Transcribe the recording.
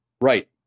Right